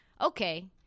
Okay